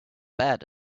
bet